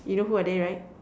you know who are they right